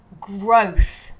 growth